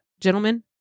gentlemen